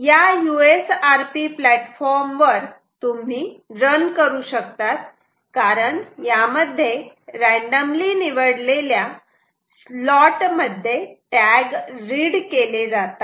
या USRP platform वर तुम्ही रन करू शकतात कारण यामध्ये रँडमलि निवडलेल्या स्लॉट मध्ये टॅग रीड केले जातात